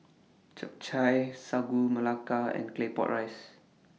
Chap Chai Sagu Melaka and Claypot Rice